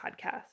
podcast